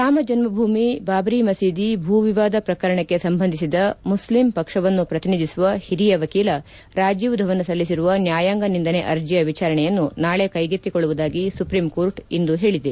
ರಾಮ ಜನ್ಮಭೂಮಿ ಬಾಬರಿ ಮಸೀದಿ ಭೂ ವಿವಾದ ಪ್ರಕರಣಕ್ಕೆ ಸಂಬಂಧಿಸಿದ ಮುಸ್ಲಿಂ ಪಕ್ಷವನ್ತು ಪ್ರತಿನಿಧಿಸುವ ಹಿರಿಯ ವಕೀಲ ರಾಜೀವ್ ಧವನ್ ಸಲ್ಲಿಸಿರುವ ನ್ಯಾಯಾಂಗ ನಿಂದನೆ ಅರ್ಜಿಯ ವಿಚಾರಣೆಯನ್ನು ನಾಳೆ ಕೈಗೆತ್ತಿಕೊಳ್ಳುವುದಾಗಿ ಸುಪ್ರೀಂಕೋರ್ಟ್ ಇಂದು ಹೇಳಿದೆ